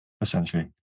essentially